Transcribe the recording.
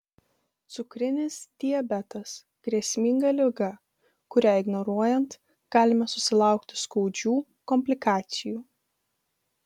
cukrinis diabetas grėsminga liga kurią ignoruojant galime susilaukti skaudžių komplikacijų